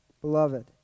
beloved